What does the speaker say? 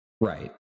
right